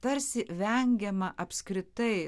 tarsi vengiama apskritai